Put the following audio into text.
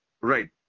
Right